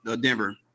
Denver